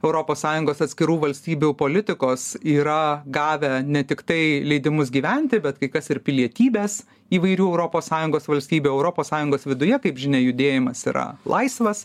europos sąjungos atskirų valstybių politikos yra gavę ne tiktai leidimus gyventi bet kai kas ir pilietybes įvairių europos sąjungos valstybių europos sąjungos viduje kaip žinia judėjimas yra laisvas